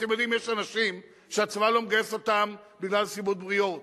יש אנשים שהצבא לא מגייס בגלל סיבות בריאות